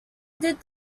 did